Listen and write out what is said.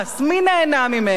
מי נהנה ממנו?